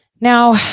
Now